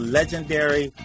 legendary